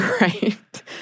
Right